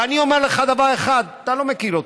ואני אומר לך דבר אחד: אתה לא מכיר אותי,